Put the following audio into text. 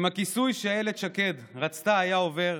אם הכיסוי שאילת שקד רצתה היה עובר,